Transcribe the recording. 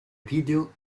video